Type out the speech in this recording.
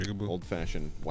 Old-fashioned